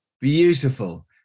beautiful